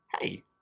hey